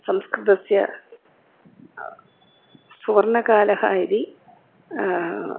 संस्कृतस्य सुवर्णकालः इति